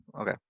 Okay